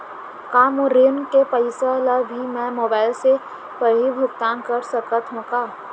का मोर ऋण के पइसा ल भी मैं मोबाइल से पड़ही भुगतान कर सकत हो का?